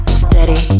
steady